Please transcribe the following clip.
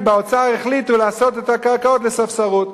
כי באוצר החליטו לעשות את הקרקעות לספסרות.